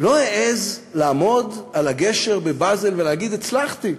לא העז לעמוד על הגשר בבאזל ולצעוק: הצלחתי.